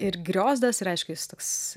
ir griozdas ir aišku jis toks